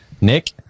Nick